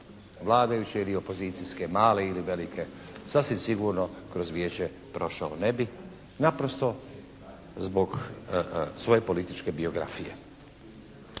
vladajuće ili opozicijske, male ili velike. Sasvim sigurno kroz Vijeće prošao ne bi, naprosto zbog svoje političke biografije.